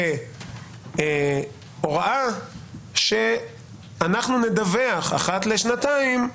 בהוראה שבה אנחנו נדווח, אחת לשנתיים,